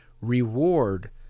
reward